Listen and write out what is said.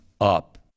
up